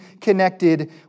connected